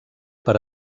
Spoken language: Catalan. per